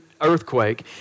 earthquake